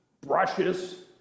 brushes